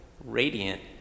radiant